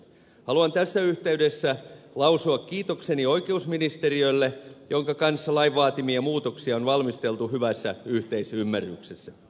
haluan tässä yhteydessä lausua kiitokseni oikeusministeriölle jonka kanssa lain vaatimia muutoksia on valmisteltu hyvässä yhteisymmärryksessä